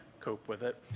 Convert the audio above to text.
cope with it.